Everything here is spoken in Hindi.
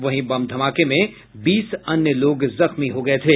वहीं बम धमाके में बीस अन्य लोग जख्मी हो गये थे